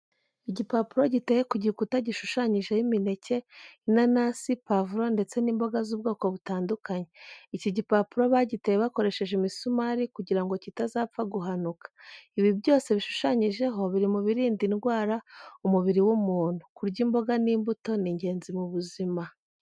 Igipapuro giteye ku gikuta gushushanyijeho imineke, inanasi, pavuro ndetse n'imboga z'ubwoko butandukanye. Iki gipapuro bagiteye bakoresheje imisumari kugira ngo kitazapfa guhanuka. Ibi byose bishushanyijeho biri mu birinda indwara umubiri w'umuntu. Kurya imboga n'imbuto ni ingenzi mu buzima.